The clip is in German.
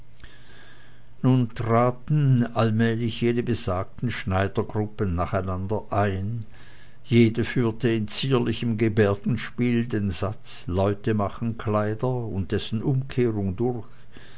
nun traten allmählich jene besagten schneidergruppen nacheinander ein jede führte in zierlichem gebärdenspiel den satz leute machen kleider und dessen umkehrung durch